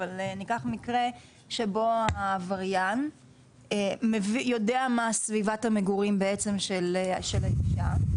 אבל ניקח מקרה שבו העבריין יודע מה סביבת המגורים בעצם של האישה,